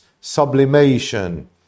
sublimation